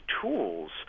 tools